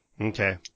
Okay